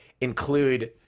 include